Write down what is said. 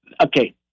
Okay